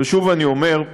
שוב אני אומר: